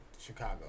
Chicago